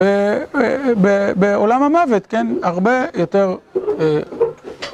בעולם המוות, כן, הרבה יותר...